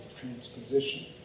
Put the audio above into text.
transposition